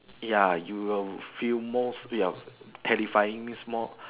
ya you will feel most to your terrifying small